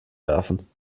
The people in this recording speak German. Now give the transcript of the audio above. werfen